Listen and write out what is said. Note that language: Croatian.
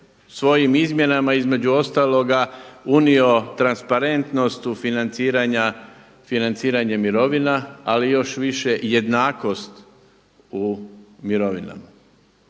svojim izmjenama između ostaloga unio transparentnost u financiranju mirovina ali još više jednakost u mirovinama.